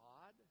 God